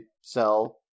sell